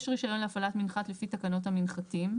רישיון להפעלת מנחת לפי תקנות המנחתים,